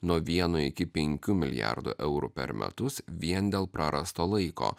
nuo vieno iki penkių milijardų eurų per metus vien dėl prarasto laiko